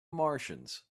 martians